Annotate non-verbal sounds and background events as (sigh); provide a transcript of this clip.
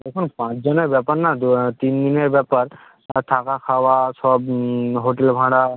দেখুন পাঁচজনের ব্যাপার না (unintelligible) তিন দিনের ব্যাপার আর থাকা খাওয়া সব হোটেল ভাড়া